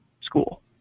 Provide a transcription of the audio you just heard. school